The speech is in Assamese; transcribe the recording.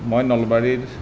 মই নলবাৰীৰ